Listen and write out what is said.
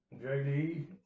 JD